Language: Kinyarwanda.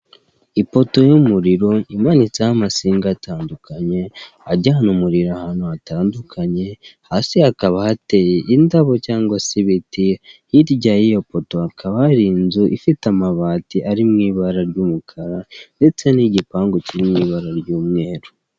Ipoto y'umuriro imanitseho amasinga atandukanye ajyana umuriro ahantu hatandukanye, hasi hakaba hateye indabo cyangwa se ibiti hirya y'iyo poto, hakaba hari inzu ifite amabati ari mu ibara ry'umukara ndetse n'igipangu kiri mu ibara ry'umweru.